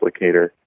applicator